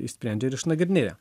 sprendžia ir išnagrinėja